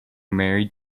married